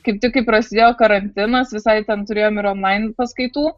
kaip tik kai prasidėjo karantinas visai ten turėjom ten ir onlain paskaitų